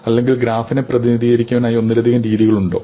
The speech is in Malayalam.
അല്ലെങ്കിൽ ഗ്രാഫിനെ പ്രതിനിധീകരിക്കുവാനായി ഒന്നിലധികം രീതികൾ ഉണ്ടോ